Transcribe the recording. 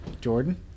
jordan